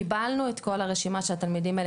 קיבלנו את כל הרשימה של התלמידים האלה